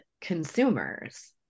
consumers